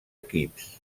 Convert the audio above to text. equips